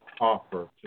offer